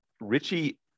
Richie